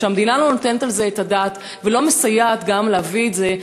והמדינה לא נותנת את הדעת על זה ולא מסייעת גם להביא אותם לקבורה.